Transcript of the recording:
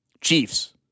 Chiefs